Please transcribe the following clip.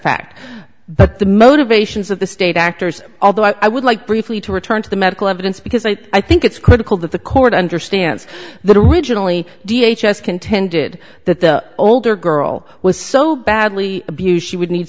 fact but the motivations of the state actors although i would like briefly to return to the medical evidence because i think it's critical that the court understands that originally d h has contended that the older girl was so badly abused she would need